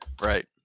Right